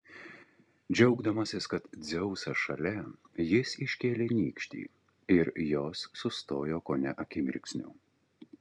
džiaugdamasis kad dzeusas šalia jis iškėlė nykštį ir jos sustojo kone akimirksniu